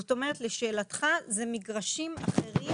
כלומר, לשאלתך: אלה מגרשים אחרים